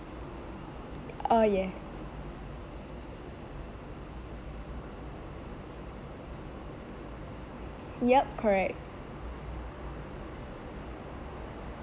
uh yes yup correct